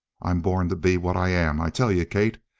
i'm born to be what i am. i tell you, kate,